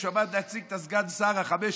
כשהוא עמד להציג את סגן השר ה-15,